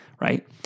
Right